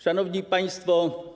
Szanowni Państwo!